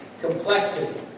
complexity